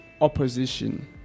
opposition